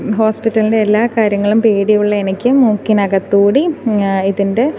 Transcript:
ഹോസ്പിറ്റലിൻ്റെ എല്ലാ കാര്യങ്ങളും പേടിയുള്ള എനിക്ക് മൂക്കിനകത്തു കൂടി ഇതിൻ്റെ